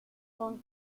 con